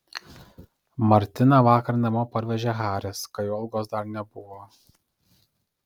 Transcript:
martiną vakar namo parvežė haris kai olgos dar nebuvo